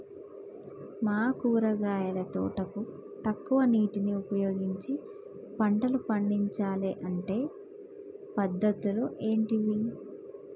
మా కూరగాయల తోటకు తక్కువ నీటిని ఉపయోగించి పంటలు పండించాలే అంటే పద్ధతులు ఏంటివి?